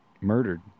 murdered